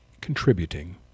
contributing